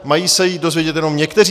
Mají se ji dozvědět jenom někteří?